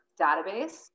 database